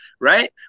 right